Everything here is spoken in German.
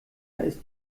ist